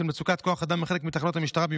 מצוקת כוח אדם בחלק מתחנות המשטרה,